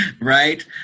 Right